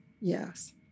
yes